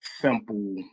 Simple